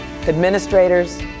administrators